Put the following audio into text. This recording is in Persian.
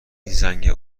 زنگ